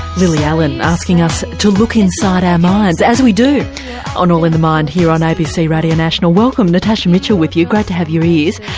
lily allen, asking us to look inside our minds as we do on all in the mind here on abc radio national. welcome. natasha mitchell with you, great to have your ears.